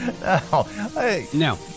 No